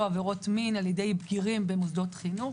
עבירות מין על-ידי בגירים במוסדות חינוך.